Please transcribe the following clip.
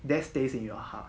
that stays in your heart